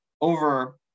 over